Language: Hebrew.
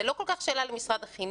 זה לא כל כך שאלה למשרד החינוך,